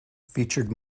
featured